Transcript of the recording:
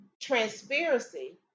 transparency